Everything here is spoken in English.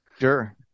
Sure